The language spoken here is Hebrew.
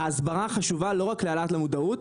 ההסברה חשובה לא רק להעלאת המודעות.